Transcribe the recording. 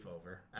over